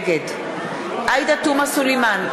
נגד עאידה תומא סלימאן,